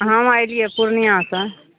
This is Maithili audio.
हम एलिए पूर्णिआँ सँ